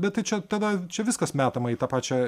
bet tai čia tada čia viskas metama į tą pačią